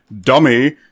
dummy